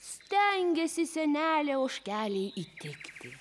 stengėsi senelė ožkelei įtikti